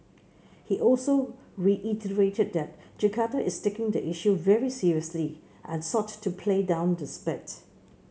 he also reiterated that Jakarta is taking the issue very seriously and sought to play down the spat